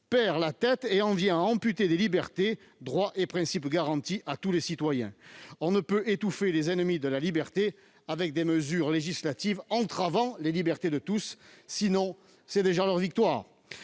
perd la tête et en vient à amputer des libertés, droits et principes pourtant garantis à tous les citoyens. On ne peut étouffer les ennemis de la liberté avec des mesures législatives entravant les libertés de tous, sinon c'est déjà leur victoire.